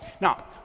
Now